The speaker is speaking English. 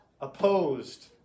opposed